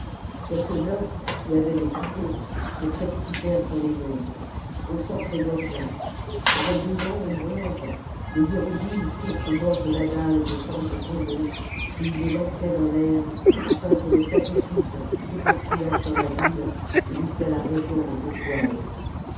uns qui avaient des couteaux se précipitèrent sur les autres on s'entr égorgea avec des vans de bronze les hiérodoules prirent au bord de la dalle des cendres tombées et ils les lançaient dans l'air afin que le sacrifice s'éparpillât sur la ville et jusqu'à la région des étoiles